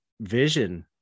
vision